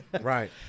Right